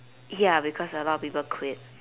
ya because a lot of people quit